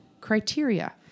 criteria